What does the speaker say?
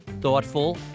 Thoughtful